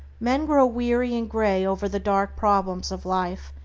men grow weary and gray over the dark problems of life,